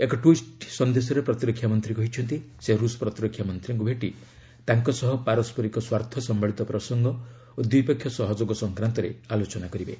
ଏକ ଟ୍ୱିଟ୍ ସନ୍ଦେଶରେ ପ୍ରତିରକ୍ଷାମନ୍ତ୍ରୀ କହିଛନ୍ତି ସେ ରୁଷ ପ୍ରତିରକ୍ଷାମନ୍ତ୍ରୀଙ୍କୁ ଭେଟି ତାଙ୍କ ସହ ପାରସ୍କରିକ ସ୍ୱାର୍ଥ ସମ୍ଭଳିତ ପ୍ରସଙ୍ଗ ଓ ଦ୍ୱିପକ୍ଷୀୟ ସହଯୋଗ ସଂକ୍ରାନ୍ତରେ ଆଲୋଚନା କରିବେ